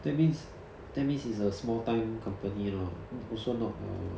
that means that means is a small time company lor also not err